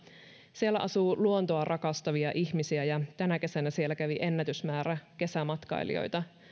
siellä asuu luontoa rakastavia ihmisiä ja tänä kesänä siellä kävi ennätysmäärä kesämatkailijoita